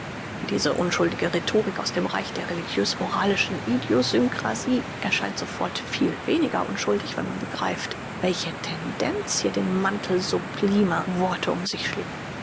diese unschuldige rhetorik aus dem reich der religiös moralischen idiosynkrasie erscheint sofort viel weniger unschuldig wenn man begreift welche tendenz hier den mantel sublimer worte um sich schlägt